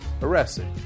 arrested